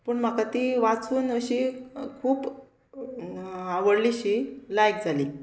पूण म्हाका ती वाचून अशी खूब आवडली शी लायक जाली